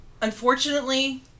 unfortunately